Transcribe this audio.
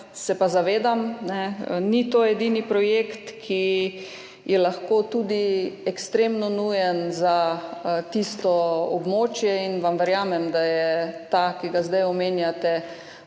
se pa zavedam, ni to edini projekt, ki je lahko tudi ekstremno nujen za tisto območje in vam verjamem, da je ta, ki ga zdaj omenjate,